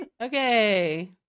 okay